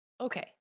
Okay